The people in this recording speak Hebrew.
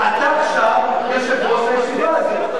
אתה עכשיו יושב-ראש הישיבה הזאת,